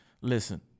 Listen